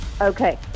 Okay